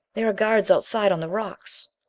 there are guards outside on the rocks.